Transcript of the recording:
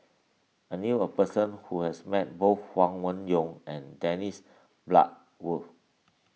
I knew a person who has met both Huang Wenhong and Dennis Bloodworth